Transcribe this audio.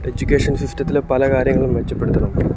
education സിസ്റ്റത്തിലേ പല കാര്യങ്ങളും മെച്ചപ്പെടുത്തണം